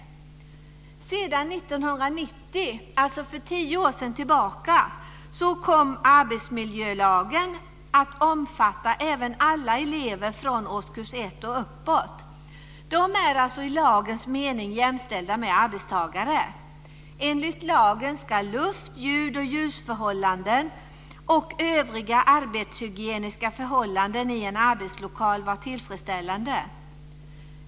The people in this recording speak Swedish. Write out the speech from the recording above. År 1990, alltså för mer än tio år sedan, kom arbetsmiljölagen att omfatta även alla elever från årskurs 1 och uppåt. De är alltså i lagens mening jämställda med arbetstagare. Enligt lagen ska luft-, ljudoch ljusförhållanden och övriga arbetshygieniska förhållanden i en arbetslokal vara tillfredsställande.